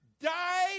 died